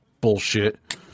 bullshit